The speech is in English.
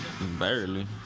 Barely